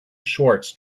shorts